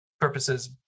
purposes